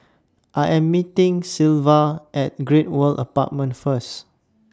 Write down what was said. I Am meeting Sylva At Great World Apartments First